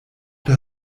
der